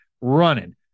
running